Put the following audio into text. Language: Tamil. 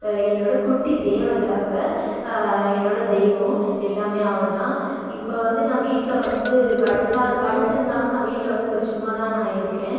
என்னோடய குட்டி தேவதை அவள் என்னோடய தெய்வம் எல்லாமே அவள்தான் இப்போ வந்து நான் வீட்டில் வந்து படித்தா படித்திருந்தாலும் நான் வீட்டில் வந்து இப்போ சும்மாதான் நான் இருக்கேன்